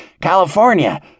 California